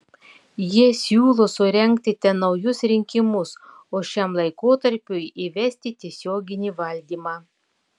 jie siūlo surengti ten naujus rinkimus o šiam laikotarpiui įvesti tiesioginį valdymą